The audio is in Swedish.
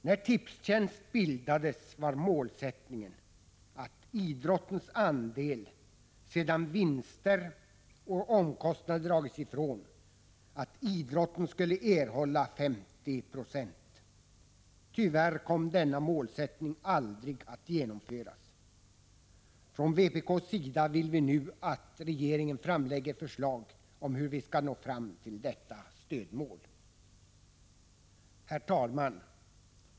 När Tipstjänst bildades var målet att idrotten skulle erhålla 50 96 av intäkterna sedan vinster och omkostnader hade dragits av. Tyvärr kom detta aldrig att genomföras. Från vpk:s sida vill vi nu att regeringen framlägger förslag om hur detta stödmål skall nås. Herr talman!